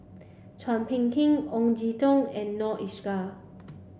Chua Phung Kim Ong Jin Teong and Noor Aishah